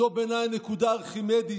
זו בעיניי נקודה ארכימדית,